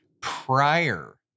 prior